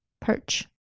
Perch